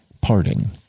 parting